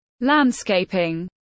landscaping